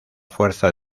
fuerza